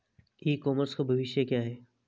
ई commerce का भविष्य क्या है?